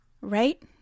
Right